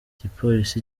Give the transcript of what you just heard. igipolisi